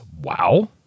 Wow